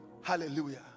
Hallelujah